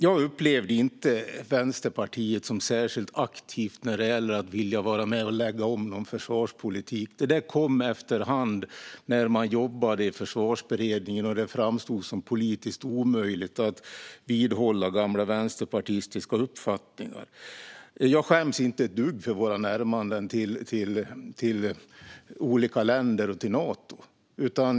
Jag upplevde inte Vänsterpartiet som särskilt aktivt när det gällde att vilja vara med och lägga om någon försvarspolitik. Det kom efter hand när man jobbade i Försvarsberedningen och det framstod som politiskt omöjligt att vidhålla gamla vänsterpartistiska uppfattningar. Jag skäms inte ett dugg för våra närmanden till olika länder och till Nato.